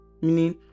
meaning